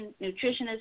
nutritionist